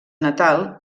natal